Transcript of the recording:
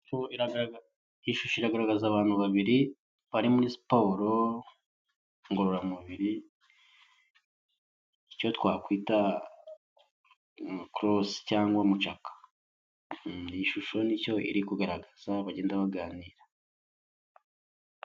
Iyi shusho iragaragaza abantu babiri bari muri siporo ngororamubiri icyo twakwita korosi cyangwa mucaka, iyi ishusho nicyo iri kugaragaza bagenda baganira.